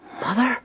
Mother